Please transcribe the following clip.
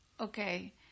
okay